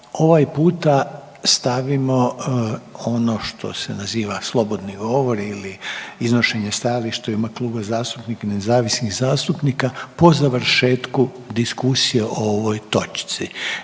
ovaj puta stavimo ono što se naziva slobodni govori ili iznošenje stajališta u ime kluba zastupnika i nezavisnih zastupnika po završetku diskusije o ovoj točci.